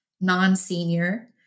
non-senior